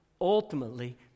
ultimately